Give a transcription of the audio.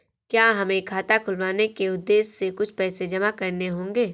क्या हमें खाता खुलवाने के उद्देश्य से कुछ पैसे जमा करने होंगे?